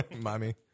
Mommy